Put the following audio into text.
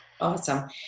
Awesome